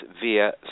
via